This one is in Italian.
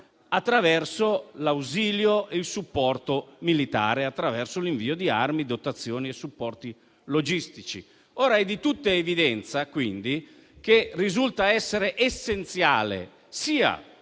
attraverso l'ausilio e il supporto militare, nonché l'invio di armi, dotazioni e supporti logistici. È di tutta evidenza, quindi, che risulta essenziale, sia